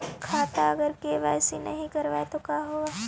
खाता अगर के.वाई.सी नही करबाए तो का होगा?